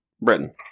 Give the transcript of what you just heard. Britain